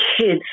kids